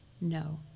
No